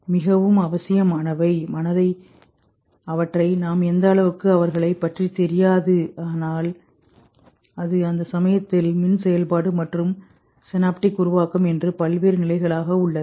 மாமிகவும் அவசியமானவை மனதைக்அவற்றை நாம் எந்த அளவுக்கு அவர்களைப் பற்றி தெரியாது ஆனால் அது அந்தச் சமயத்தில் மின் செயல்பாடு மற்றும் செனாப்டிக் உருவாக்கம் என்று பல்வேறு நிலைகளாக உள்ளது